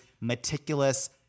meticulous